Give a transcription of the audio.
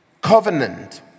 covenant